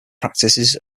practices